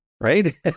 right